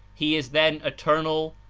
he is then eternal,